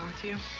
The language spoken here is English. to